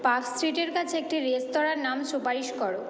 পার্কস্ট্রিটের কাছে একটি রেস্তরাঁর নাম সুপারিশ করো